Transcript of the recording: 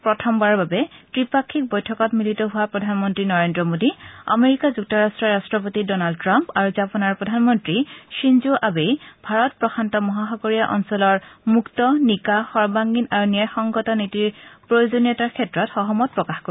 প্ৰথমবাৰৰ বাবে ত্ৰিপাক্ষিক বৈঠকত মিলিত হোৱা প্ৰধানমন্ত্ৰী নৰেন্দ্ৰ মোদী আমেৰিকা যুক্তৰাট্টৰ ৰাট্ৰপতি ডনাল্ড ট্ৰাম্প আৰু জাপানৰ প্ৰধান মন্ত্ৰী শ্বিঞ্জ' আবেই ভাৰত প্ৰশান্ত মহাসাগৰীয় অঞ্চলৰ মুক্ত সৰ্বাংগীন আৰু ন্যায়সংগত নীতিৰ প্ৰয়োজনীয়তাৰ ক্ষেত্ৰত সহমত প্ৰকাশ কৰে